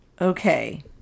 Okay